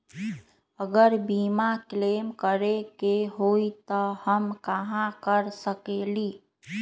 अगर बीमा क्लेम करे के होई त हम कहा कर सकेली?